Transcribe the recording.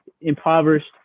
impoverished